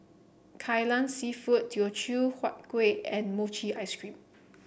Kai Lan seafood Teochew Huat Kueh and Mochi Ice Cream